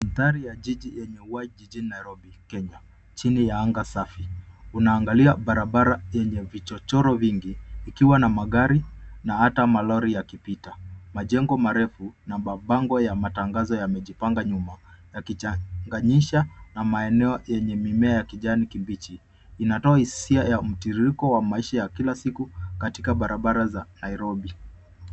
Mandhari ya jiji yenye uhai jijini Nairobi, Kenya, chini ya anga safi. Una angalia barabara yenye vichochoro vingi, ikiwa na magari na hata malori ikipita. Majengo marefu na mabango ya matangazo yamejipanga nyuma yakichanganyisha na maeneo yenye mimea ya kijani kibichi. Inatoa hisia ya mtiririko wa maisha ya kila siku katika barabara za Nairobi.